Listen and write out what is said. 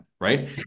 right